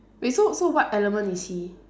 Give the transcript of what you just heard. wait so so what element is he